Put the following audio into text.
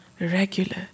regular